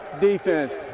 Defense